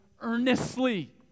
earnestly